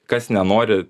kas nenori